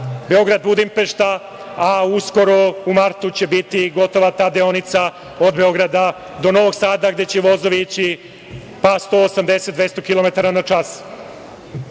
Beograd - Budimpešta, a uskoro u martu će biti gotova ta deonica od Beograda do Novog Sada, gde će vozovi ići 180-200 kilometara